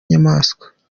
nyamaswa